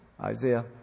Isaiah